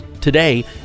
Today